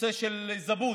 בנושא של זבוד,